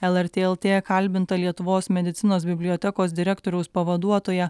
lrt lt kalbinta lietuvos medicinos bibliotekos direktoriaus pavaduotoja